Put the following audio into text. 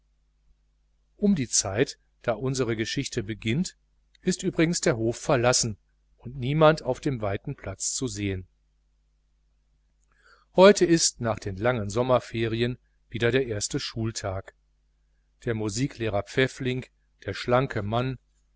um die zeit da unsere geschichte beginnt ist übrigens der hof verlassen und niemand auf dem weiten platz zu sehen heute ist nach den langen sommerferien wieder der erste schultag der musiklehrer pfäffling der schlanke mann